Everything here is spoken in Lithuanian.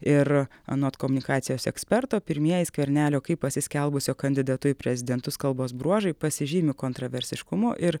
ir anot komunikacijos eksperto pirmieji skvernelio kaip pasiskelbusio kandidatu į prezidentus kalbos bruožai pasižymi kontraversiškumu ir